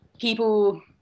people